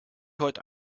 heute